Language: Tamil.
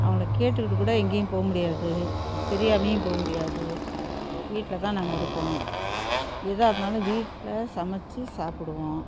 அவங்களை கேட்டுக்கிட்டு கூட எங்கேயும் போகமுடியாது தெரியாமயும் போகமுடியாது வீட்டில் தான் நாங்கள் இருப்போம் எதாக இருந்தாலும் வீட்டில் சமைச்சு சாப்பிடுவோம்